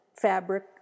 fabric